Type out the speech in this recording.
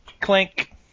Clink